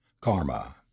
karma